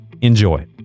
Enjoy